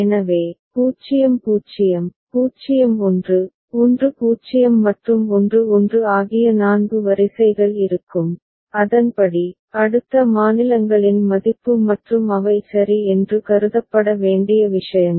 எனவே 0 0 0 1 1 0 மற்றும் 1 1 ஆகிய 4 வரிசைகள் இருக்கும் அதன்படி அடுத்த மாநிலங்களின் மதிப்பு மற்றும் அவை சரி என்று கருதப்பட வேண்டிய விஷயங்கள்